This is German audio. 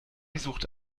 suchte